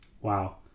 Wow